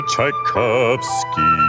Tchaikovsky